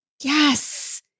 Yes